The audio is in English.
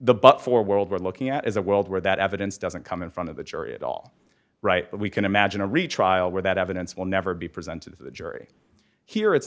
the but for world we're looking at is a world where that evidence doesn't come in front of the jury at all right but we can imagine a retrial where that evidence will never be presented to the jury here it's